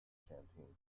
canteen